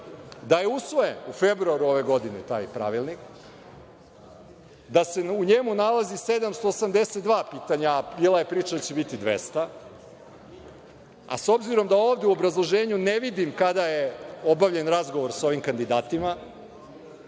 usvojen u februaru ove godine, da se u njemu nalaze 782 pitanja, a bila je priča da će biti 200. S obzirom da ovde u obrazloženju ne vidim kada je obavljen razgovor sa ovim kandidatima,